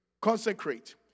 Consecrate